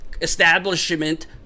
Establishment